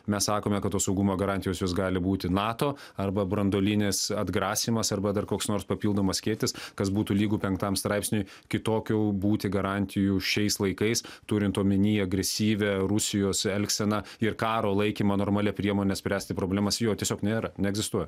mes sakome kad tos saugumo garantijos jos gali būti nato arba branduolinis atgrasymas arba dar koks nors papildomas skėtis kas būtų lygu penktam straipsniui kitokių būti garantijų šiais laikais turint omeny agresyvią rusijos elgseną ir karo laikymą normalia priemone spręsti problemas jo tiesiog nėra neegzistuoja